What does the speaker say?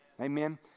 Amen